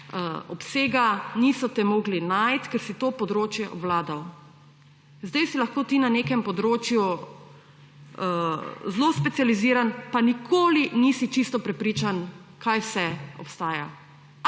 obsega, niso te mogli »najti«, ker si to področje obvladal. Zdaj si lahko ti na nekem področju zelo specializiran, pa nikoli nisi čisto prepričan, kaj vse obstaja,